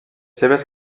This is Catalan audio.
seves